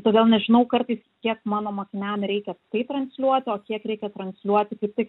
todėl nežinau kartais kiek mano mokiniam reikia tai transliuoti kiek reikia transliuoti kaip tik